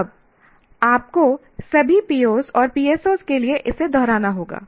अब आपको सभी POs और PSOs के लिए इसे दोहराना होगा